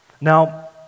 Now